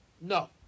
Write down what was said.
no